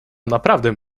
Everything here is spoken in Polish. naprawdę